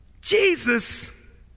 Jesus